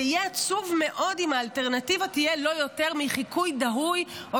זה יהיה עצוב מאוד אם האלטרנטיבה תהיה לא יותר מחיקוי דהוי או